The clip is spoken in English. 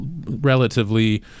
relatively